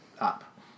up